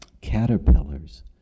caterpillars